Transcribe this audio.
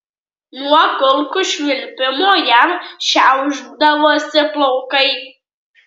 nuo kulkų švilpimo jam šiaušdavosi plaukai